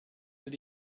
that